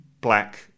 black